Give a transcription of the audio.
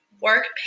work